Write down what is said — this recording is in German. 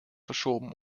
verschoben